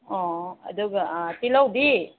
ꯑꯣ ꯑꯗꯨꯒ ꯇꯤꯜꯍꯧꯗꯤ